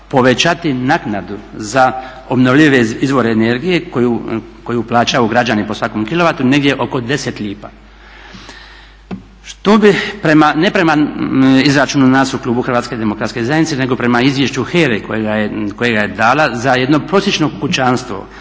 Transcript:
povećati naknadu za obnovljive izvore energije koji plaćaju građani po svakom kilovatu negdje oko 10 lipa, što bi ne prema izračunu nas u klubu HDZ-a nego prema izvješću HERA-e kojega je dala za jedno prosječno kućanstvo